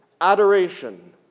Adoration